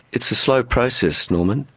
it's a slow process, norman.